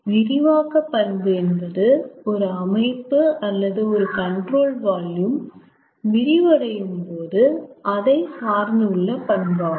விரிவாக்க பண்பு என்பது ஒரு அமைப்பு அல்லது ஒரு கண்ட்ரோல் வால்யூம் விரிவடையும் போது அதை சார்ந்து உள்ள பண்பு ஆகும்